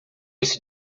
esse